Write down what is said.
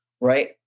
right